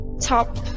top